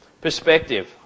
perspective